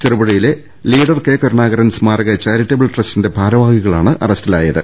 ചെറുപുഴയിലെ leader K Karunakaran സ്മാരക charitable ട്രസ്റ്റിന്റെ ഭാരവാഹികളാണ് അറ സ്റ്റിലായത്